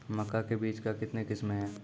मक्का के बीज का कितने किसमें हैं?